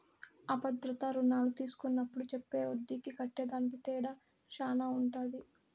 అ భద్రతా రుణాలు తీస్కున్నప్పుడు చెప్పే ఒడ్డీకి కట్టేదానికి తేడా శాన ఉంటది